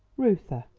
reuther,